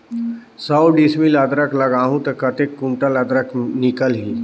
सौ डिसमिल अदरक लगाहूं ता कतेक कुंटल अदरक निकल ही?